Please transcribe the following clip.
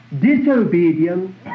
disobedience